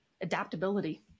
adaptability